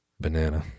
Banana